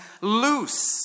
loose